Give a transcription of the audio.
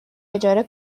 اجاره